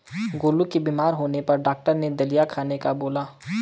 गोलू के बीमार होने पर डॉक्टर ने दलिया खाने का बोला